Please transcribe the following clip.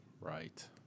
right